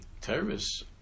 terrorists